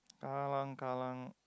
Kallang Kallang